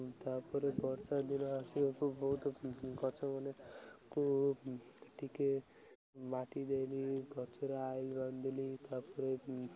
ତା'ପରେ ବର୍ଷା ଦିନ ଆସିବାକୁ ବହୁତ ଗଛ ମାନଙ୍କୁ ଟିକେ ମାଟି ଦେଲି ଗଛରେ ଆଇରନ୍ ଦେଲି ତା'ପରେ